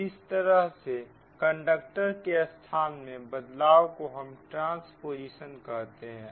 तो इस तरह से कंडक्टर के स्थान में बदलाव को हम ट्रांस्पोजिशन कहते हैं